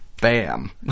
Bam